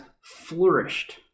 flourished